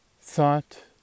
thought